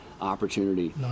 opportunity